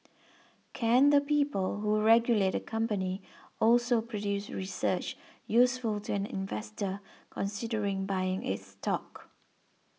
can the people who regulate a company also produce research useful to an investor considering buying its stock